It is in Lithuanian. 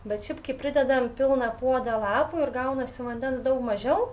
bet šiaip kai pridedam pilną puodą lapų ir gaunasi vandens daug mažiau